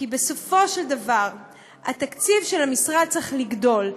כי בסופו של דבר התקציב של המשרד צריך לגדול.